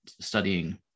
studying